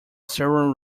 several